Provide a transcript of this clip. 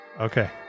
Okay